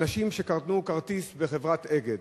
אנשים שקנו כרטיס בחברת "אגד"